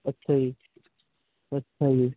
ਅੱਛਾ ਜੀ ਅੱਛਾ ਜੀ